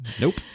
nope